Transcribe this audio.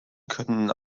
können